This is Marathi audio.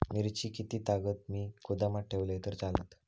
मिरची कीततागत मी गोदामात ठेवलंय तर चालात?